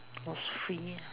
was free